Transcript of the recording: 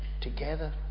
together